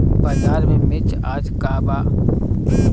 बाजार में मिर्च आज का बा?